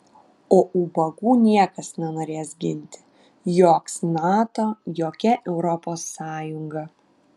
o ubagų niekas nenorės ginti joks nato jokia europos sąjunga